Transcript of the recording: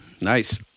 Nice